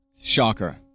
Shocker